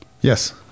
Yes